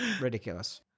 ridiculous